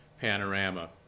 panorama